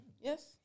Yes